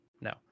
no